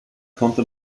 konnte